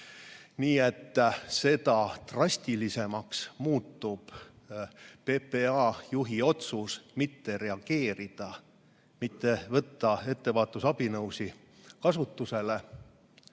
maiga. Seda drastilisemaks muutub PPA juhi otsus mitte reageerida, mitte võtta ettevaatusabinõusid kasutusele.